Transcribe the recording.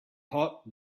hot